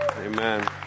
Amen